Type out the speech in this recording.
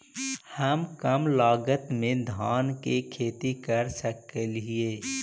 हम कम लागत में धान के खेती कर सकहिय?